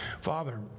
Father